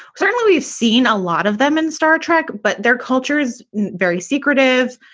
certainly we've seen a lot of them in star trek, but their culture is very secretive.